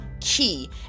key